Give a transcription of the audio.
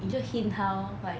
你就 hint 他 lor like